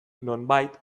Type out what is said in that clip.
nonbait